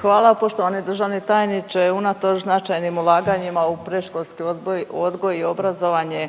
Hvala. Poštovani državni tajniče unatoč značajnim ulaganjima u predškolski odboj, odgoj i obrazovanje